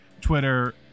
twitter